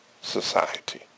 society